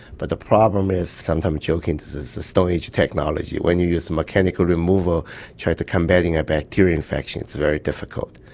but the problem is sometimes joking it is a stone age technology. when you use mechanical removal trying to combat and a bacterial infection it's very difficult.